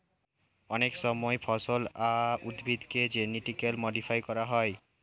অনেক সময় ফসল বা উদ্ভিদকে জেনেটিক্যালি মডিফাই করা হয়